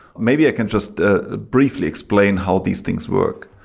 maybe i can just ah briefly explain how these things work.